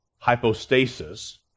Hypostasis